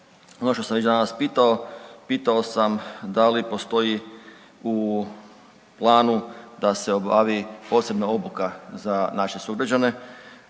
ono što sam već danas pitao, pitao sam da li postoji u planu da se obavi posebna obuka za naše sugrađane,